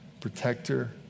protector